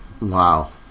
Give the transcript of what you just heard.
wow